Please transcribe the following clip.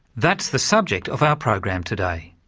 that's the subject of our program today.